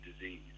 disease